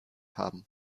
haben